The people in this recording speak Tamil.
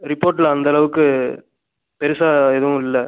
ரிப்போர்ட்டில் அந்த அளவுக்கு பெருசாக எதுவும் இல்லை